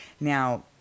now